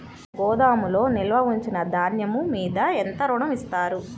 గోదాములో నిల్వ ఉంచిన ధాన్యము మీద ఎంత ఋణం ఇస్తారు?